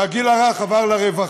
שהגיל הרך עבר לרווחה.